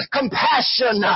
compassion